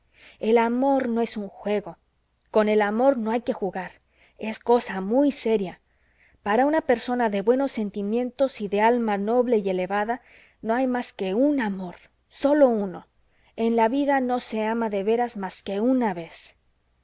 el amor no es un juego con el amor no hay que jugar es cosa muy seria para una persona de buenos sentimientos y de alma noble y elevada no hay más que un amor sólo uno en la vida no se ama de veras más que una vez